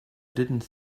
didn’t